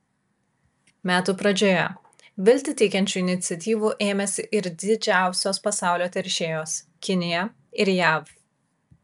metų pradžioje viltį teikiančių iniciatyvų ėmėsi ir didžiausios pasaulio teršėjos kinija ir jav